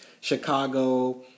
Chicago